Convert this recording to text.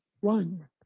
one